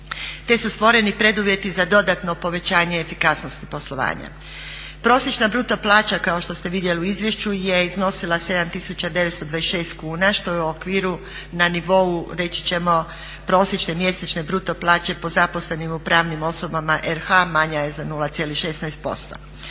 te su stvoreni preduvjeti za dodatno povećanje efikasnosti poslovanja. Prosječna bruto plaća kao što ste vidjeli u izvješću je iznosila 7926 kuna što je u okviru na nivou reći ćemo prosječne mjesečne bruto plaće po zaposlenim pravnim osobama RH manja je za 0,16%.